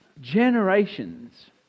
generations